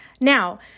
Now